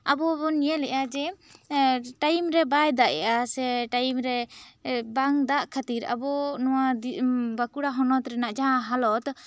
ᱟᱵᱚ ᱵᱚᱱ ᱧᱮᱞᱮᱭᱟ ᱢᱮ ᱴᱟᱭᱤᱢᱨᱮ ᱵᱟᱭ ᱫᱟᱜ ᱮᱫᱼᱟ ᱥᱮ ᱴᱟᱭᱤᱢ ᱨᱮ ᱵᱟᱝ ᱫᱟᱜ ᱠᱷᱟᱹᱛᱤᱨ ᱟᱵᱚ ᱱᱚᱣᱟ ᱵᱟᱸᱠᱩᱲᱟ ᱦᱚᱱᱚᱛ ᱨᱮᱱᱟᱜ ᱡᱟᱦᱟᱸ ᱦᱟᱞᱚᱛ